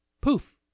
poof